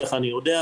כך אני יודע,